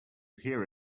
hear